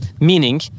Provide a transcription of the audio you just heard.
meaning